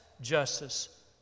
justice